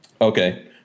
Okay